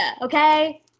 Okay